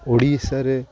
ଓଡ଼ିଶାରେ